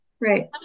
Right